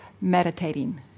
meditating